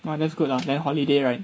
!wah! that's good lah then holiday right